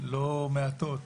לא מעטות